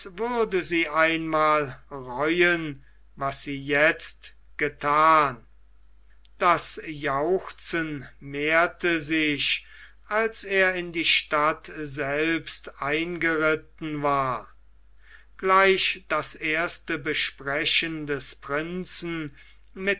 würde sie einmal reuen was sie jetzt gethan das jauchzen mehrte sich als er in die stadt selbst eingeritten war gleich das erste besprechen des prinzen